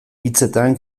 hitzetan